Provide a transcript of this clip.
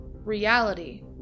Reality